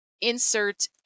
insert